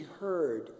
heard